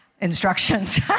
instructions